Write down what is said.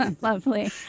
lovely